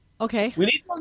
Okay